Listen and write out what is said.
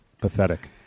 pathetic